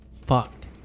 fucked